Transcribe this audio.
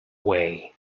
way